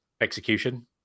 execution